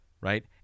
right